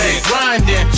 grinding